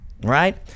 right